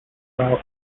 route